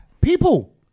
People